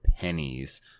pennies